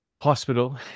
hospital